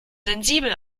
sensibel